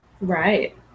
Right